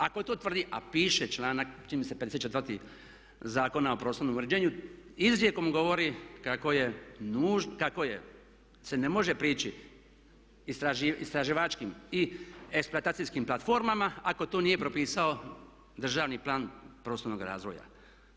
Ako to tvrdi a piše članak, čini mi se 54, Zakona o prostornom uređenju, izrijekom govori kako se ne može prići istraživačkim i eksploatacijskim platformama ako to nije propisao državni plan prostornog razvoja.